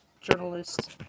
journalist